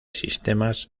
sistemas